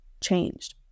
changed